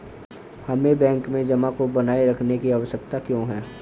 हमें बैंक में जमा को बनाए रखने की आवश्यकता क्यों है?